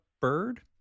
bird